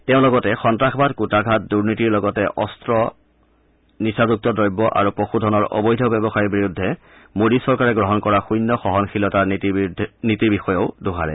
তেওঁ লগতে সন্তাসবাদ কূটাঘাত দুৰ্নীতিৰ লগতে অস্ত্ৰ নিচাযুক্ত দ্ৰব্য আৰু পশুধনৰ অবৈধ ব্যৱসায়ৰ বিৰুদ্ধে মোডী চৰকাৰে গ্ৰহণ কৰা শুন্যসহনশীলতাৰ নীতিৰ বিষয়েও দোহাৰে